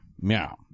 Meow